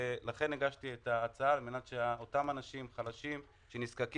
לכן הגשתי את הצעת החוק על מנת שאותם אנשים חלשים שנזקקים